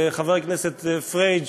חבר הכנסת פריג',